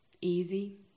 easy